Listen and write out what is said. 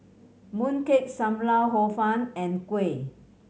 mooncake Sam Lau Hor Fun and kuih